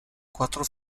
quattro